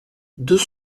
deux